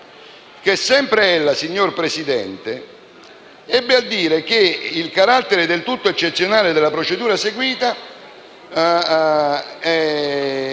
che sempre ella, signor Presidente, ebbe a dire che, nonostante il carattere del tutto eccezionale della procedura seguita,